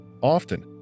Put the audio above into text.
Often